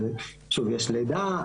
יש לידה,